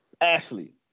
Ashley